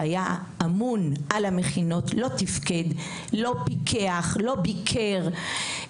שהיה אמון על המכינות לא תיפקד; לא פיקח; לא ביקר.